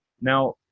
Now